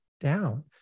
down